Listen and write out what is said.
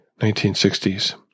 1960s